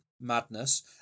madness